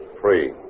free